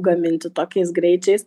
gaminti tokiais greičiais